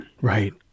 right